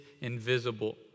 invisible